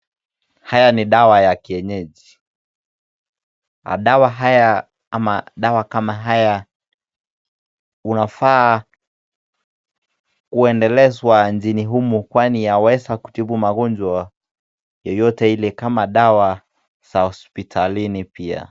Haya ni dawa ya kienyeji. Dawa haya ama dawa kama haya unafaa kuendelezwa nchini humu kwani inaweza kutibu magonjwa yeyote ile kama dawa za hospitalini pia.